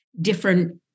different